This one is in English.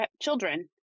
children